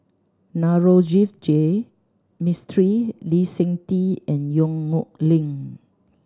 Navroji Mistri Lee Seng Tee and Yong Nyuk Lin